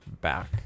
back